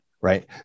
right